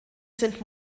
sind